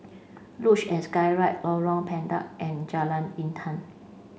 Luge and Skyride Lorong Pendek and Jalan Intan